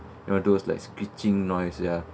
you know those like screeching noise ya